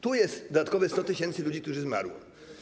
Tu jest dodatkowe 100 tys. ludzi, którzy zmarli.